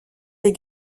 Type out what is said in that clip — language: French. des